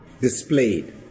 displayed